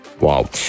Wow